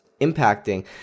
impacting